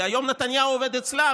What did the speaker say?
כי היום נתניהו עובד אצלן.